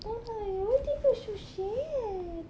why why do you look so sad